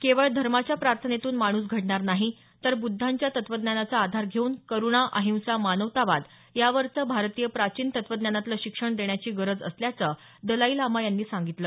केवळ धर्माच्या प्रार्थनेतून माणुस घडणार नाही तर बुदधांच्या तात्वज्ञानाचा आधार घेऊन करुणा अहिंसा मानवतावाद यावरचं भारतीय प्राचीन तत्वज्ञानातलं शिक्षण देण्याची गरज असल्याचं दलाई लामा यांनी सांगितलं